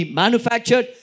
manufactured